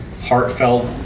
heartfelt